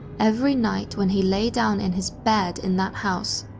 every night when he lay down in his bed in that house,